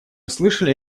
слышали